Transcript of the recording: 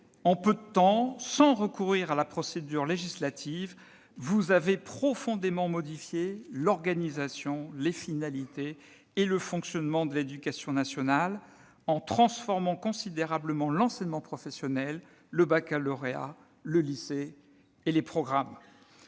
en peu de temps, sans recourir à la procédure législative, vous avez profondément modifié l'organisation, les finalités et le fonctionnement de l'éducation nationale, en transformant considérablement l'enseignement professionnel, le baccalauréat, le lycée et les programmes.